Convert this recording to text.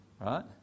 right